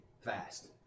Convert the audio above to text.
fast